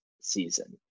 season